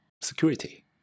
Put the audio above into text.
security